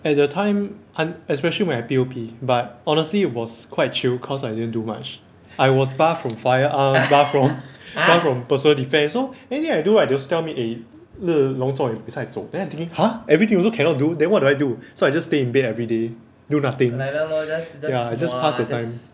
at the time un~ especially when I P_O_P but honestly it was quite chill cause I didn't do much I was bar from firearms bar from bar from personal defence so anything I do right they also tell me eh le long zor eh buay sai zou then I'm thinking !huh! everything also cannot do then what do I do so I just stay in bed everyday do nothing ya just pass the time